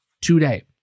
today